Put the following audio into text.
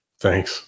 Thanks